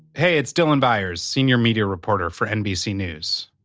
hey, it's dylan byers, senior media reporter for nbc news.